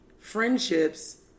friendships